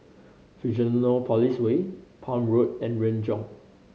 Fusionopolis Way Palm Road and Renjong